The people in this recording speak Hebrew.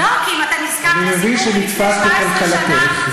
אני מבין שנתפסת בקלקלתך,